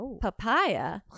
papaya